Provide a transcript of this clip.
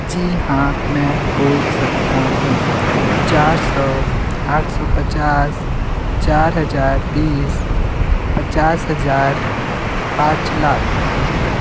जी हाँ मैं बोल सकता हूँ चार सौ आठ सौ पचास चार हज़ार बीस पचास हज़ार पाँच लाख